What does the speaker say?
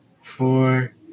Four